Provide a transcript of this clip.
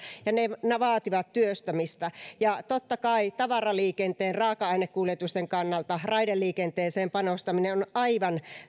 ja ne vaativat työstämistä ja totta kai tavaraliikenteen raaka ainekuljetusten kannalta raideliikenteeseen panostaminen on aivan